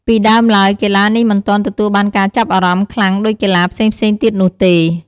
ពីដើមឡើយ កីឡានេះមិនទាន់ទទួលបានការចាប់អារម្មណ៍ខ្លាំងដូចកីឡាផ្សេងៗទៀតនោះទេ។